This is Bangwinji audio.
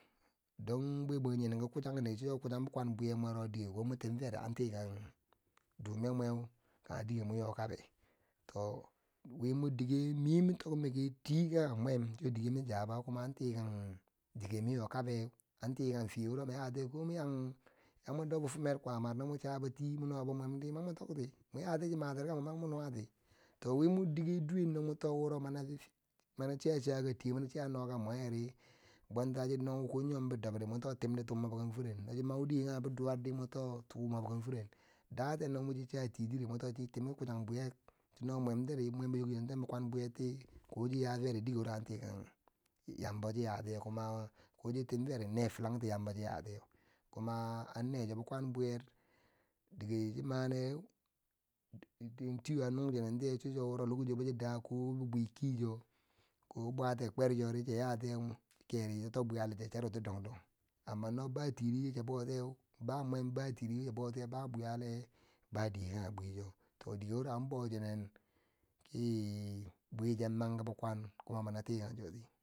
Don bwe banjinge nyi nen ki kuchanri cho, kuchari bikwan bwimwero dike ko mwantim feri an tikang dume mwe kange dike mwo yo kabeu, to wi mwar dike mi mo tokmeki ti kange mwemcho dike mi zaba kuma an tikan dike mi yo kabe, an tikan fiye bo ya tiyeu komo ki yang, yamo do bifimer kwaamar no mwo chabo ti mo nobo mwendi mani mwo tokti mwo yatiyeu chi mnati na wo mani mwo nuwati to wi mar dike duwen no monto wuro mami chiye chakati mani chiya noka mwemeri bwenta no cha no yombidobri mo to tindi tu mwob ken feren no chi mau dike kangebi duwar di tu mwob ke feren, daten no mwan chatitiri mo tim ki kuchang bwiyek, no mwentiri mwembo nyokchenenten bikwan bwiyerti, ko chi ya tiye, kuma ko chitim fere ne filangti yambo chi yati yeu kuma kosi timferi ne filang ti yambo shi yah tiyau kuma anne so bikwan bwiyer dike cho maneu, tiyo a nung chenen ti yeu cho lokoci wochi da bibwiye kicheu ko bwatiye kwercho chiya yatiyeu chi keri cho to bwi yalen chiruti dong dong, amma no ba tiri chiya boutiyeu bamwem batiri, chiya boutiyeu ba bwiyale ba dike kange bwicho to dike wuro an bochinen ki bwicheuman kbi kwan kuma mani a tikan choti.